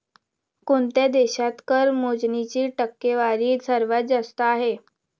कोणत्या देशात कर मोजणीची टक्केवारी सर्वात जास्त आहे?